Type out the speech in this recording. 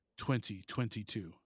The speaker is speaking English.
2022